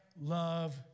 love